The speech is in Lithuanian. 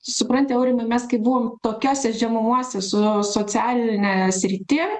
supranti aurimai mes kai buvom tokiose žemumose su socialine srity